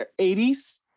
80s